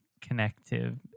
connective